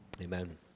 Amen